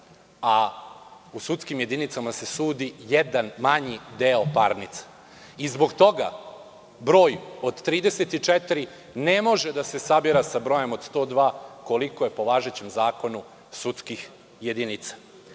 a u sudskim jedinicama se sudi jedan manji deo parnica. Zbog toga broj od 34 ne može da se sabira sa brojem od 102, koliko je po važećem zakonu sudskih jedinica. Voleo